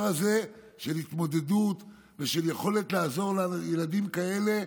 הזה של התמודדות ושל יכולת לעזור לילדים כאלה.